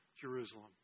Jerusalem